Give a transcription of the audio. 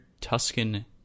Tuscan